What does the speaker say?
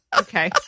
okay